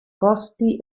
costi